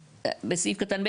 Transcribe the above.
בסעיף קטן (ב),